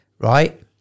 right